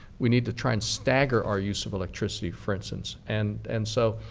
we need to try and stagger our use of electricity, for instance. and and so